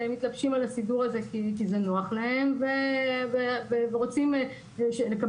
מתלבשים על הסידור הזה כי זה נוח להם ורוצים לקבל